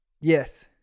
Yes